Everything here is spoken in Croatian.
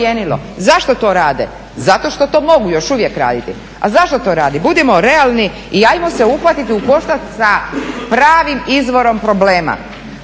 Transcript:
Zašto to rade? Zato što to mogu još uvijek raditi. A zašto to radi? Budimo realni i ajmo se uhvatiti u koštac sa pravim izvorom problema